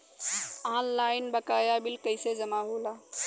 Online बकाया bill कैसे जमा होला?